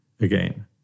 again